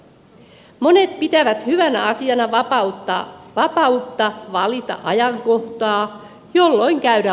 monet pitävät hyvänä asiana vapautta valita ajankohta jolloin käydä ostoksilla